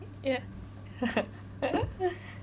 ya